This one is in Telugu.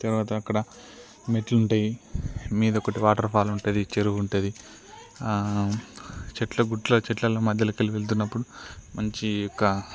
తర్వాత అక్కడ మెట్లు ఉంటాయి మీద ఒకటి వాటర్ఫాల్ ఉంటుంది చెరువు ఉంటుంది చెట్లకు గుట్ల చెట్లలల్లో మధ్యలోకి వెళుతున్నప్పుడు మంచి ఒక